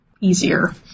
easier